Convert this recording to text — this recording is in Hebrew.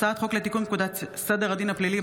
שהחזירה הוועדה לביטחון לאומי.